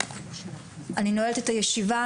אני נועלת את הישיבה,